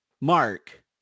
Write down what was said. mark